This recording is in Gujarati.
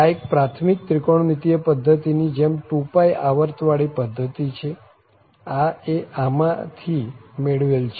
આ એક પ્રાથમિક ત્રિકોણમિતિય પધ્ધતિની જેમ 2π આવર્ત વાળી પધ્ધતિ છે આ એ આમાં થી મેળવેલ છે